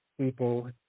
people